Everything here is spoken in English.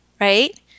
right